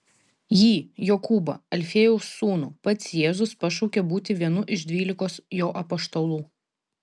jį jokūbą alfiejaus sūnų pats jėzus pašaukė būti vienu iš dvylikos jo apaštalų